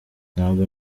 ntabwo